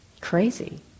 crazy